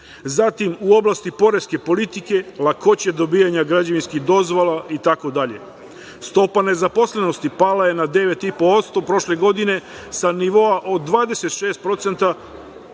Zatim, u oblasti poreske politike, lakoće dobijanja građevinskih dozvola itd. Stopa nezaposlenosti pala je na 9,5% prošle godine sa nivoa od 26%